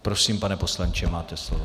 Prosím, pane poslanče, máte slovo.